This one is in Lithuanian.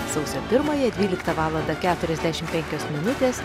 sausio pirmąją dvyliktą valandą keturiasdešim penkios minutės